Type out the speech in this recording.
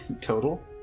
Total